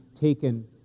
taken